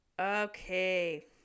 Okay